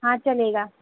ہاں چلے گا